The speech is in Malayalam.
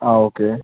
ആ ഓക്കെ